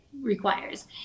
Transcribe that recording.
requires